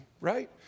right